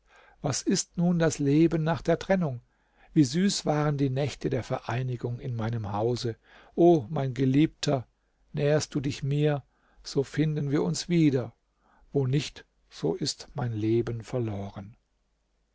was ist nun das leben nach der trennung wie süß waren die nächte der vereinigung in meinem hause o mein geliebter näherst du dich mir so finden wir uns wieder wo nicht so ist mein leben verloren